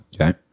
Okay